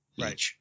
Right